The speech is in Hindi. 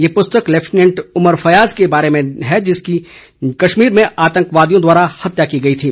ये पुस्तक लैफ्टिनेंट उमर फयाज के बारे में है जिनकी कश्मीर में आतंकवादियों द्वारा हत्या की गई थी